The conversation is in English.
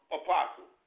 apostle